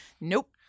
nope